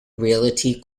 realty